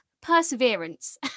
perseverance